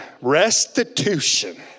restitution